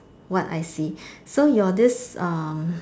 what I see so your this um